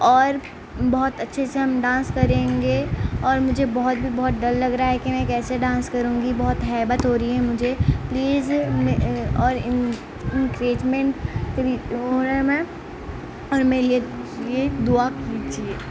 اور بہت اچھے سے سے ہم ڈانس کریں گے اور مجھے بہت بہت ڈر لگ رہا ہے کہ میں کیسے ڈانس کروں گی بہت ہیبت ہو رہی ہے مجھے پلیز اور ان انکرجمنٹ ہو رہا میں اور میرے لیے دعا کیجیے